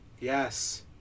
Yes